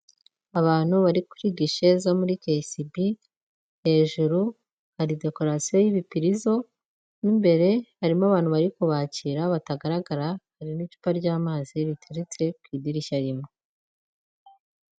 Abantu bari kuri gishe zo muri KCB, hejuru hari dekorasiyo y'ibipirizo, mo imbere harimo abantu bari kubakira batagaragara harimo n'icupa ry'amazi riteretse ku idirishya rimwe.